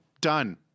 done